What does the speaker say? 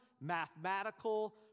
mathematical